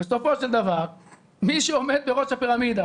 בסופו של דבר מי שעומד בראש הפירמידה,